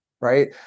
Right